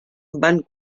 van